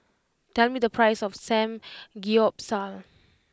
tell me the price of Samgeyopsal